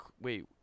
Wait